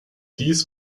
dies